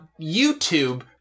YouTube